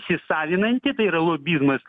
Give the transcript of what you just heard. įsisavinanti tai yra lobizmas